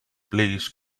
please